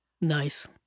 Nice